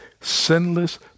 sinless